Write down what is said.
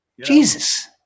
Jesus